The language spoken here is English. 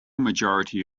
majority